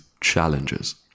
challenges